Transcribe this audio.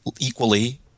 equally